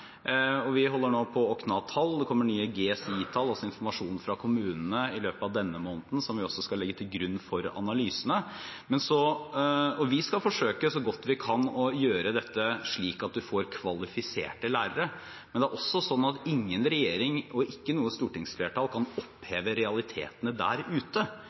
Vi holder nå på å kna tall, det kommer nye GSI-tall, altså informasjon fra kommunene i løpet av denne måneden som vi også skal legge til grunn for analysene. Vi skal forsøke så godt vi kan å gjøre dette slik at vi får kvalifiserte lærere. Men det er også slik at ingen regjering og ikke noe stortingsflertall kan oppheve realitetene der ute.